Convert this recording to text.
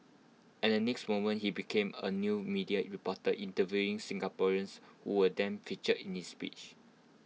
and the next moment he became A new media reporter interviewing Singaporeans who were then featured in his speech